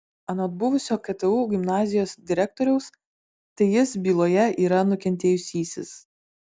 anot buvusio ktu gimnazijos direktoriaus tai jis byloje yra nukentėjusysis